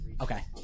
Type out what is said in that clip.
Okay